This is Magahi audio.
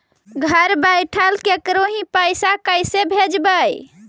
घर बैठल केकरो ही पैसा कैसे भेजबइ?